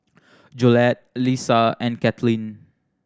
Jolette Lesa and Kathlyn